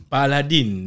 Paladin